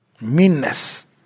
Meanness